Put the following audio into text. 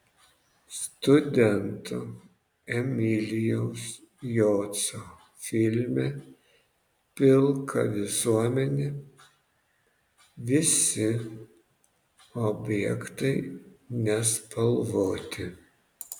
studento emilijaus joco filme pilka visuomenė visi objektai nespalvoti